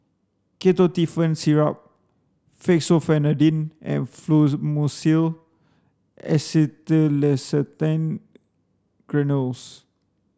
Ketotifen Syrup Fexofenadine and Fluimucil Granules